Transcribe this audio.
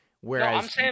Whereas